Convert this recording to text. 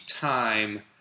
time